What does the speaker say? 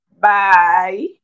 Bye